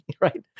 right